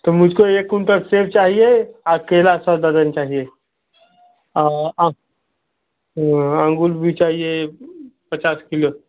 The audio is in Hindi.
तो मुझको एक कुंटल सेब चाहिए आ केला सौ दर्जन चाहिए हँ अंगूर भी चाहिए पचास किलो